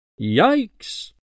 Yikes